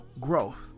growth